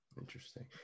Interesting